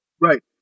Right